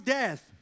death